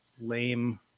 lame